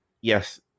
yes